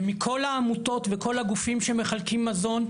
ומכל העמותות וכל הגופים שמחלקים מזון,